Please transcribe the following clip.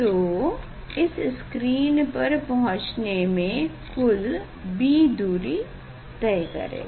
तो इस स्क्रीन तक पहुचने में कुल b दूरी तय करेगा